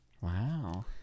Wow